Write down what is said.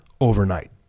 overnight